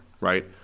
right